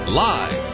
live